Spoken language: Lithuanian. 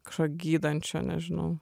kažko gydančio nežinau